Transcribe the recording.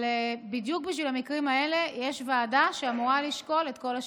אבל בדיוק בשביל המקרים האלה יש ועדה שאמורה לשקול את כל השיקולים.